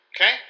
Okay